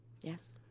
Yes